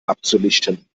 abzulichten